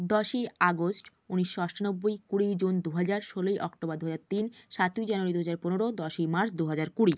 দশই আগস্ট ঊনিশশো আটানব্বই কুড়ি জুন দু হাজার ষোলোই অক্টোবর দু হাজার তিন সাতই জানুয়ারি দু হাজার পনেরো দশই মার্চ দু হাজার কুড়ি